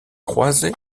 croisés